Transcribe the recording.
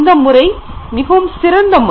இந்த முறை மிகவும் சிறந்த முறை